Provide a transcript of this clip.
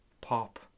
pop